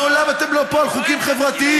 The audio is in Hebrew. לעולם אתם לא פה על חוקים חברתיים,